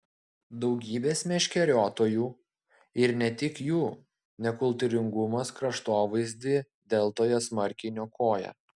daugybės meškeriotojų ir ne tik jų nekultūringumas kraštovaizdį deltoje smarkiai niokoja